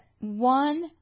one